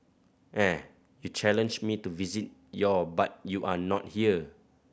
eh you challenged me to visit your but you are not here